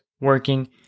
working